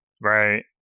Right